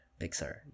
pixar